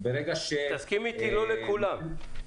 תסכים איתי שלא לכולם.